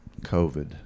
COVID